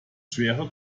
schwere